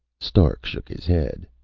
stark shook his head.